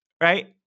right